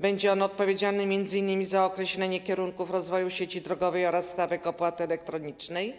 Będzie on odpowiedzialny m.in. za określenie kierunków rozwoju sieci drogowej oraz stawek opłaty elektronicznej,